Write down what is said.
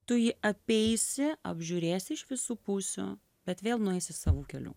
tu jį apeisi apžiūrėsi iš visų pusių bet vėl nueisi savu keliu